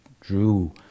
drew